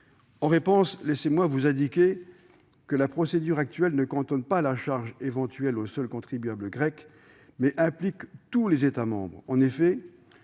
En réponse, laissez-moi vous indiquer que la procédure actuelle ne cantonne pas la charge éventuelle au seul contribuable grec, mais implique tous les États membres.